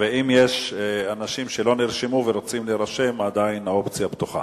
אבל אני לא משנה את התוצאה של ההצבעה.